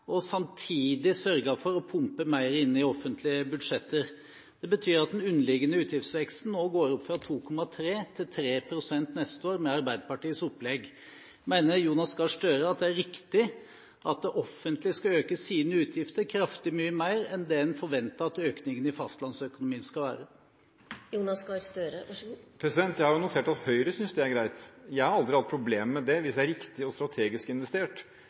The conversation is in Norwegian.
og samtidig sørget for å pumpe mer inn i offentlige budsjetter. Det betyr at den underliggende utgiftsveksten går opp fra 2,3 pst. til 3 pst. neste år, med Arbeiderpartiets opplegg. Mener Jonas Gahr Støre at det er riktig at det offentlige skal øke sine utgifter kraftig mye mer enn det en forventer at økningen i fastlandsøkonomien skal være? Jeg har jo notert at Høyre synes det er greit. Jeg har aldri hatt noe problem med det – hvis det er riktig og strategisk investert,